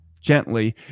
gently